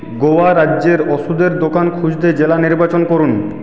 গোয়া রাজ্যে ওষুধের দোকান খুঁজতে জেলা নির্বাচন করুন